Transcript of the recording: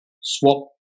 swap